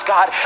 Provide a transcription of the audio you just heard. God